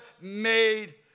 made